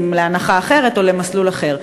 אם להנחה אחרת או למסלול אחר.